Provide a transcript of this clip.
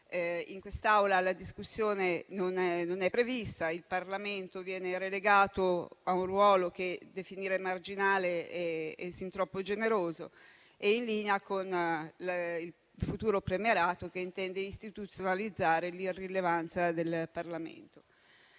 In quest'Aula la discussione non è prevista. Il Parlamento viene relegato a un ruolo che definire marginale è sin troppo generoso e in linea con il futuro premierato che intende istituzionalizzare l'irrilevanza del Parlamento.